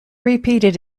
repeated